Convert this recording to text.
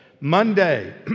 Monday